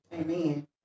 Amen